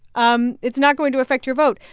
um it's not going to affect your vote.